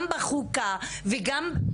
ולא שומעים